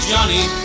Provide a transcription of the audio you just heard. Johnny